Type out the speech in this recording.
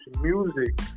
music